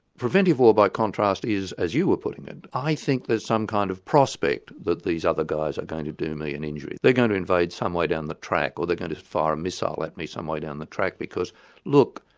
preventive war by contrast is as you were putting it, i think there's some kind of prospect that these other guys are going to do me an injury. they're going to invade some way down the track, or they're going to fire a missile at me some way down the track because look,